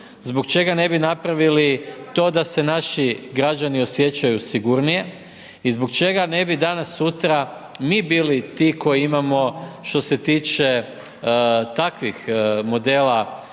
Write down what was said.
Zbog čega ne bi napravili to da se naši građani osjećaju sigurnije? I zbog čega ne bi danas sutra mi bili ti koji imamo što se tiče takvih modela